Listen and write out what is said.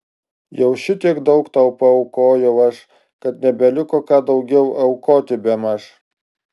jau šitiek daug tau paaukojau aš kad nebeliko ką daugiau aukoti bemaž